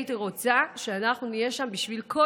הייתי רוצה שאנחנו נהיה שם בשביל כל